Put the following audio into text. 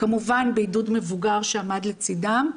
כמובן בעידוד מבוגר שעמד לצידם,